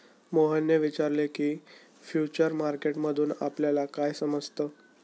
मोहनने विचारले की, फ्युचर मार्केट मधून आपल्याला काय समजतं?